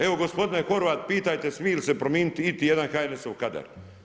Evo gospodine Horvat, pitajte smiju li se promijeniti iti jedan HNS-ov kadar?